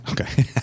okay